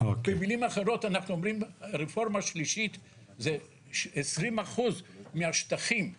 במילים אחרות אנחנו אומרים רפורמה שלישית זה 20% מהשטחים,